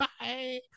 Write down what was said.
Bye